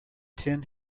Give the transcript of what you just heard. ten